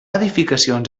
edificacions